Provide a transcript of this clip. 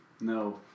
No